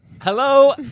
Hello